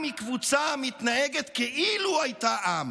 עם היא קבוצה המתנהגת כאילו הייתה עם.